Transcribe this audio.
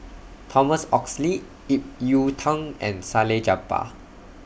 Thomas Oxley Ip Yiu Tung and Salleh Japar